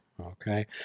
Okay